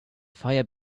fire